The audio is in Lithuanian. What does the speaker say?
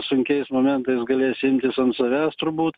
sunkiais momentais galės imtis ant savęs turbūt